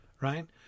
right